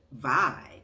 vibe